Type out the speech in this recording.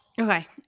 Okay